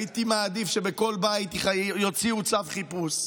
הייתי מעדיף שבכל בית יוציאו צו חיפוש,